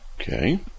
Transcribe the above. Okay